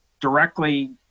directly